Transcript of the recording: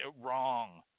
Wrong